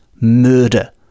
murder